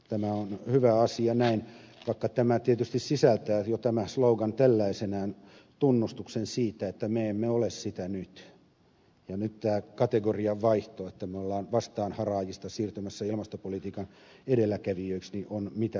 tämä on hyvä asia näin vaikka tämä slogaani tietysti sisältää jo tällaisenaan tunnustuksen siitä että me emme ole sitä nyt ja nyt tämä kategorian vaihto että me olemme vastaanharaajista siirtymässä ilmastopolitiikan edelläkävijöiksi on mitä tervetullein